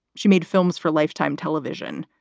she made films for lifetime television.